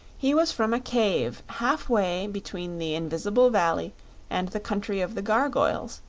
he was from a cave halfway between the invisible valley and the country of the gargoyles,